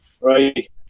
right